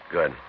Good